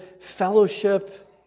fellowship